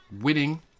winning